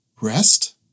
rest